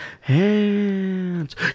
hands